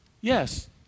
Yes